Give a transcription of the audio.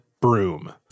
broom